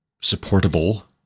supportable